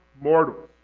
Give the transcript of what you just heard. mortals